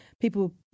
people